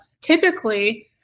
typically